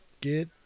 Get